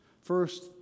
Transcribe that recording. First